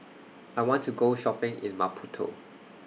I want to Go Shopping in Maputo